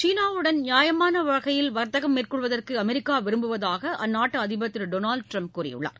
சீனாவுடன் நியாயமான வகையில் வர்த்தகம் மேற்கொள்வதற்கு அமெரிக்கா விரும்புவதாக அந்நாட்டு அதிபர் திரு டொனால்டு ட்ரம்ப் கூறியுள்ளார்